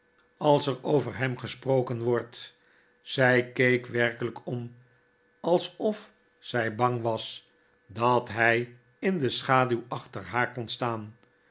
als er over hem gesproken wordt zij keek werkelp om alsof zy bang was dat hij in de schaduw achter haar kon staan